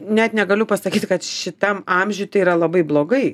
net negaliu pasakyti kad šitam amžiuj tai yra labai blogai